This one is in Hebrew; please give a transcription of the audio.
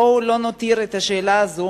בואו לא נותיר את השאלה הזאת,